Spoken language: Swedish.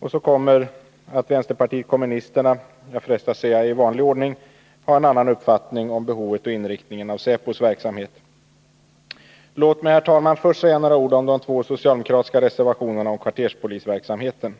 Därtill kommer att vänsterpartiet kommunisterna i vanlig ordning -— jag frestas att säga det — har en annan uppfattning om behovet och inriktningen av säkerhetspolisens verksamhet. Låt mig, herr talman, först säga några ord om de två socialdemokratiska reservationerna om kvarterspolisverksamheten.